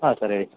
ಹಾಂ ಸರ್ ಹೇಳಿ